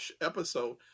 episode